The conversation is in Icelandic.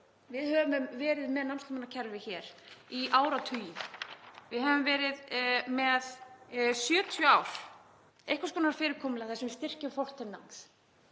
við höfum verið með námslánakerfi hér í áratugi. Við höfum verið með í 70 ár einhvers konar fyrirkomulag þar sem við styrkjum fólk til náms.